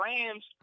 Rams